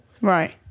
right